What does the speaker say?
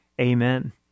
Amen